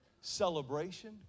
celebration